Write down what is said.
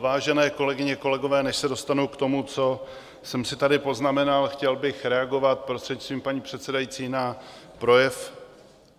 Vážené kolegyně, kolegové, než se dostanu k tomu, co jsem si tady poznamenal, chtěl bych reagovat, prostřednictvím paní předsedající, na projev